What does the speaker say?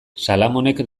salamonek